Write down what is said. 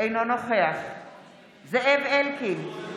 אינו נוכח זאב אלקין,